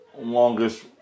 Longest